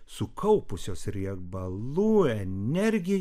sukaupusios riebalų energiją